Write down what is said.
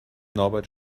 norbert